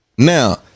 Now